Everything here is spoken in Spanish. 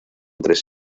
tres